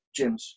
gyms